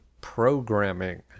Programming